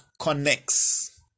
connects